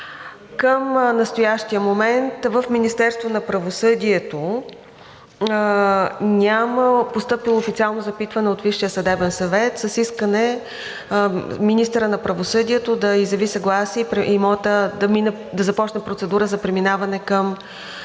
Към настоящия момент в Министерството на правосъдието няма постъпило официално запитване от Висшия съдебен съвет с искане министърът на правосъдието да изяви съгласие за имота да започне процедура за управление от